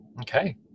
Okay